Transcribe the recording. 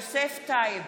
יוסף טייב,